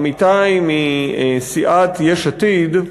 עמיתי מסיעת יש עתיד,